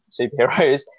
superheroes